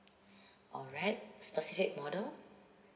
alright specific model